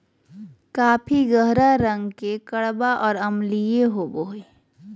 coffee गहरा रंग के कड़वा और अम्लीय होबो हइ